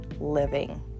living